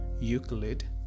Euclid